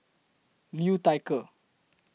Liu Thai Ker